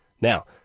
Now